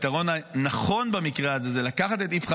הפתרון הנכון במקרה הזה זה לקחת את איפכא